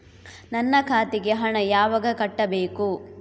ನನ್ನ ಖಾತೆಗೆ ಹಣ ಯಾವಾಗ ಕಟ್ಟಬೇಕು?